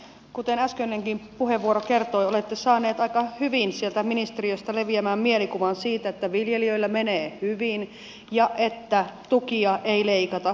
kuten äskeinenkin puheenvuoro kertoi olette saaneet aika hyvin sieltä ministeriöstä leviämään mielikuvan siitä että viljelijöillä menee hyvin ja että tukia ei leikata